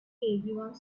everyone